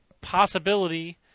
possibility